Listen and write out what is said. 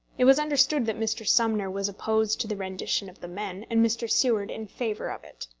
it was understood that mr. sumner was opposed to the rendition of the men, and mr. seward in favour of it.